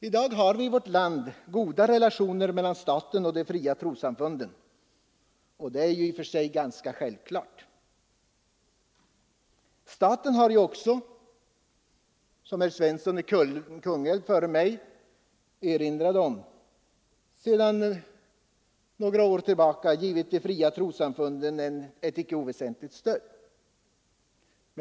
I dag har vi i vårt land goda relationer mellan staten och de fria trossamfunden, och det är i och för sig ganska självklart. Staten har också — som herr Svensson i Kungälv före mig erinrade om — sedan några år tillbaka givit de fria trossamfunden ett icke oväsentligt stöd.